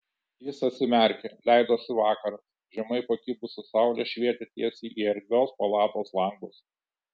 jis atsimerkė leidosi vakaras žemai pakibusi saulė švietė tiesiai į erdvios palatos langus